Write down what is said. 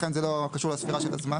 לכן זה לא קשור לספירה של הזמן.